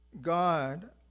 God